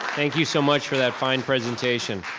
thank you so much for that fine presentation.